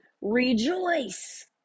rejoice